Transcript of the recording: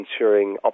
ensuring